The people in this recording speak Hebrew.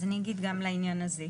אז אני אגיד גם לעניין הזה.